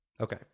Okay